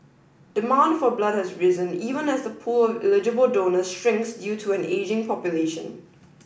demand for blood has risen even as the pool of eligible donors shrinks due to an ageing population